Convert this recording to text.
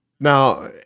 Now